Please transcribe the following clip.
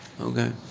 Okay